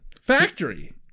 Factory